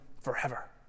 forever